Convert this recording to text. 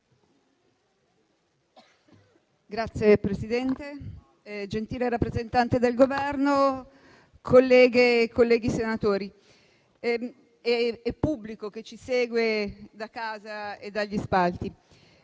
Signor Presidente, gentile rappresentante del Governo, colleghe e colleghi senatori, pubblico che ci segue da casa e dagli spalti,